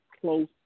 close